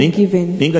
given